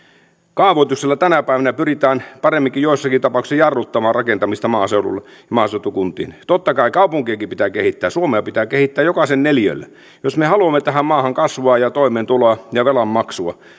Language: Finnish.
kaavoituksella tänä päivänä pyritään paremminkin joissakin tapauksissa jarruttamaan rakentamista maaseudulle ja maaseutukuntiin totta kai kaupunkejakin pitää kehittää suomea pitää kehittää jokaiselle neliölle jos me me haluamme tähän maahan kasvua ja toimeentuloa ja velanmaksua